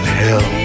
hell